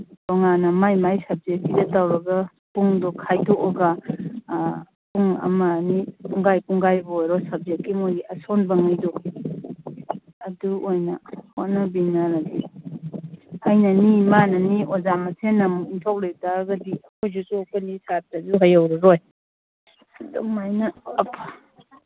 ꯇꯣꯉꯥꯟꯅ ꯃꯥꯏ ꯃꯥꯒꯤ ꯁꯕꯖꯦꯛꯀꯤꯗ ꯇꯧꯔꯒ ꯄꯨꯡꯗꯣ ꯈꯥꯏꯗꯣꯛꯑꯒ ꯄꯨꯡ ꯑꯃ ꯑꯅꯤ ꯄꯨꯡꯈꯥꯏ ꯄꯨꯡꯈꯥꯏꯕꯨ ꯑꯣꯏꯔꯣ ꯁꯕꯖꯦꯛꯀꯤ ꯃꯣꯏꯒꯤ ꯑꯁꯣꯟꯕꯉꯩꯗꯣ ꯑꯗꯨ ꯑꯣꯏꯅ ꯍꯣꯠꯅꯃꯤꯟꯅꯔꯁꯤ ꯑꯩꯅꯅꯤ ꯃꯥꯅꯅꯤ ꯑꯣꯖꯥ ꯃꯁꯦꯟ ꯑꯃꯨꯛ ꯏꯟꯊꯣꯛ ꯂꯩ ꯇꯥꯔꯒꯗꯤ ꯑꯩꯈꯣꯏꯁꯨ ꯆꯣꯞꯀꯅꯤ ꯁꯥꯇ꯭ꯔꯗꯁꯨ ꯍꯩꯍꯧꯔꯔꯣꯏ ꯑꯗꯨꯝꯃꯥꯏꯅ